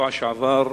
בשבוע שעבר